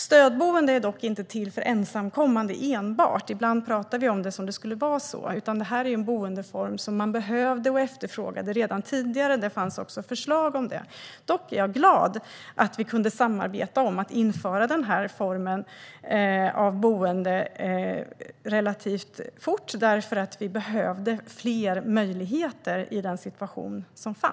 Stödboende är dock inte till enbart för ensamkommande - ibland pratar vi om det som att det skulle vara så. Det är en boendeform som man behövde och efterfrågade redan tidigare. Det fanns också förslag om det. Dock är jag glad att vi kunde samarbeta om att införa denna form av boende relativt fort, för vi behövde fler möjligheter i den situation som var.